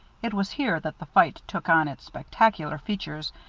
it was here that the fight took on its spectacular features,